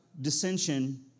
dissension